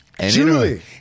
Julie